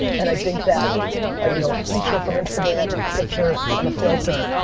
and i think that a you know feature from instagram, a picture and a filter